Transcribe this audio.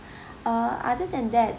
err other than that